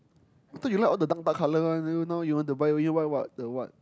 I thought you like all the dark dark colour one then now you want to buy you want to buy the what the what